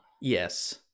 Yes